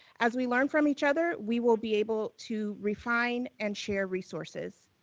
as we learn from each other, we will be able to refine and share resources.